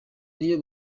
niyo